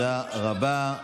תודה רבה.